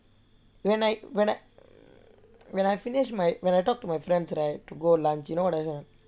when I when I when I finished my when I talk to my friends right to go lunch you know what they say not